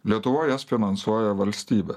lietuvoj jas finansuoja valstybė